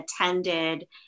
attended